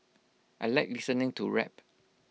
I Like listening to rap